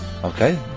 Okay